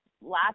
last